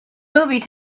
movie